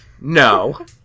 no